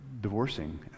divorcing